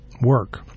work